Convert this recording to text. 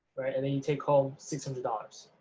right, and then you take home six hundred dollars,